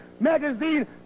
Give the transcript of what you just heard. Magazine